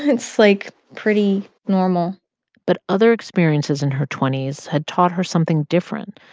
it's, like, pretty normal but other experiences in her twenty s had taught her something different.